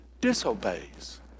disobeys